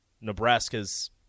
Nebraska's